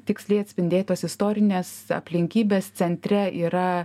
tiksliai atspindėtos istorinės aplinkybės centre yra